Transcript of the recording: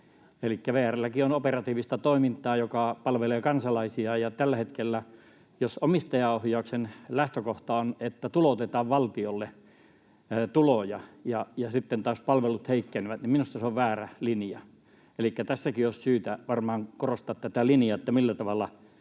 Elikkä VR:lläkin on operatiivista toimintaa, joka palvelee kansalaisia, ja tällä hetkellä, jos omistajaohjauksen lähtökohtana on, että tuloutetaan valtiolle tuloja ja sitten taas palvelut heikkenevät, niin minusta se on väärä linja. Elikkä tässäkin olisi syytä varmaan korostaa tätä linjaa, että millä tavalla